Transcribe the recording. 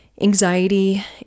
anxiety